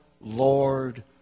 Lord